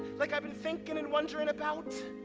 like i've been thinking and wondering about.